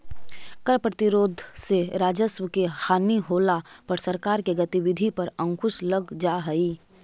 कर प्रतिरोध से राजस्व के हानि होला पर सरकार के गतिविधि पर अंकुश लग जा हई